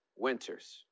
Winters